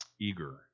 eager